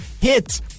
hit